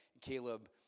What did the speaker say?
Caleb